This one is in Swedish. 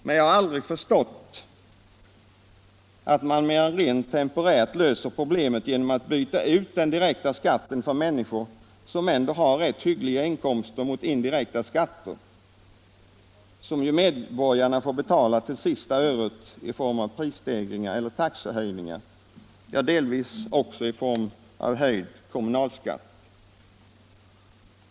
Men jag har aldrig förstått att man mer än temporärt löser problemen genom att byta ut den direkta skatten för människor som ändå har rätt hyggliga inkomster mot indirekta skatter, som medborgarna får betala till sista öret i form av prisstegringar eller taxehöjningar, ja, delvis också i form av höjd kommunalskatt.